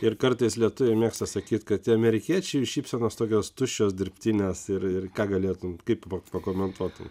ir kartais lietuviai mėgsta sakyt kad tie amerikiečiai jų šypsenos tokios tuščios dirbtinės ir ir ką galėtum kaip pakomentuotum